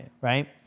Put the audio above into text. right